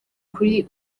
kuri